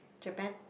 Japan